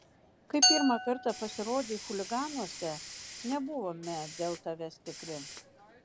kai pirmą kartą pasirodei chuliganuose nebuvome dėl tavęs tikri